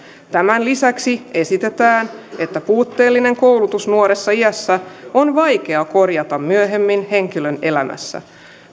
tämän lisäksi esitetään että puutteellinen koulutus nuoressa iässä on vaikea korjata myöhemmin henkilön elämässä